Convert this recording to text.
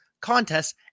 contests